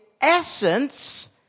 essence